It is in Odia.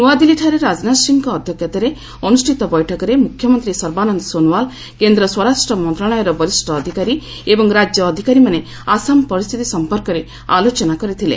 ନୂଆଦିଲ୍ଲୀଠାରେ ରାଜନାଥ ସିଂହଙ୍କ ଅଧ୍ୟକ୍ଷତାରେ ଅନୁଷ୍ଠିତ ବୈଠକରେ ମୁଖ୍ୟମନ୍ତ୍ରୀ ସର୍ବାନନ୍ଦ ସୋନୱାଲ୍ କେନ୍ଦ୍ର ସ୍ୱରାଷ୍ଟ୍ର ମନ୍ତ୍ରଣାଳୟର ବରିଷ୍ଠ ଅଧିକାରୀ ଏବଂ ରାଜ୍ୟ ଅଧିକାରୀମାନେ ଆସାମ ପରିସ୍ଥିତି ସଫପର୍କରେ ଆଲୋଚନା କରିଥିଲେ